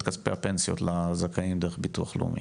את כספי הפנסיות לזכאים דרך ביטוח לאומי